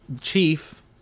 Chief